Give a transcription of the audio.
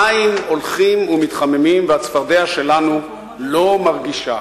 המים הולכים ומתחממים, והצפרדע שלנו לא מרגישה.